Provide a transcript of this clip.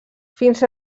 fins